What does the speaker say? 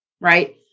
right